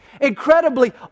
Incredibly